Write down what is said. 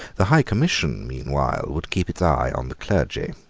the high commission meanwhile would keep its eye on the clergy.